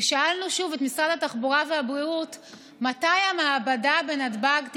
ושאלנו שוב את משרדי התחבורה והבריאות מתי המעבדה בנתב"ג תיפתח,